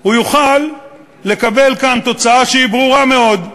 הוא יוכל לקבל כאן תוצאה שהיא ברורה מאוד,